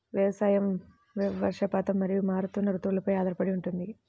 వ్యవసాయం వర్షపాతం మరియు మారుతున్న రుతువులపై ఆధారపడి ఉంటుంది